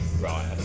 Right